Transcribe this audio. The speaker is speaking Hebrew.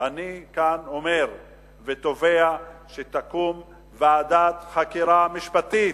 אני כאן אומר ותובע שתקום ועדת חקירה משפטית,